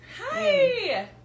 Hi